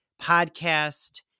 podcast